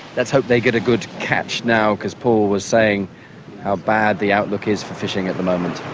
let's hope they get a good catch now because paul was saying how bad the outlook is for fishing at the moment.